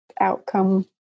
outcome